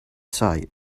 sight